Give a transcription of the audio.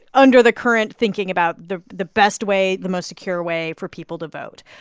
under the current thinking about the the best way, the most secure way for people to vote.